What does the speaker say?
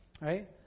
Right